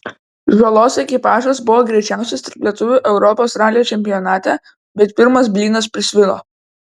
žalos ekipažas buvo greičiausias tarp lietuvių europos ralio čempionate bet pirmas blynas prisvilo